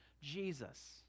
Jesus